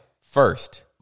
First